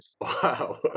Wow